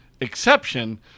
exception